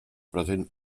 present